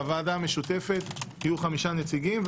בוועדה המשותפת יהיו חמישה נציגים,